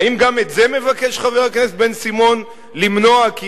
האם גם את זה מבקש חבר הכנסת בן-סימון למנוע כי